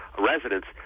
residents